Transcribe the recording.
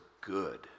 good